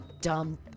dumb